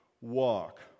walk